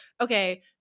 okay